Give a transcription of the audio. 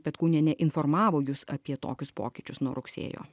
petkūnienė informavo jus apie tokius pokyčius nuo rugsėjo